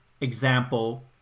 example